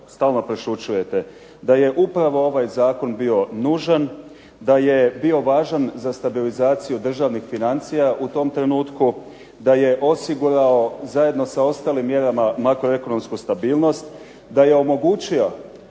stalno prešućujete da je upravo ovaj zakon bio nužan, da je bio važan za stabilizaciju državnih financija u tom trenutku, da je osigurao zajedno sa ostalim mjerama makroekonomsku stabilnost, da je omogućio